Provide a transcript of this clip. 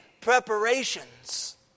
preparations